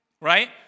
Right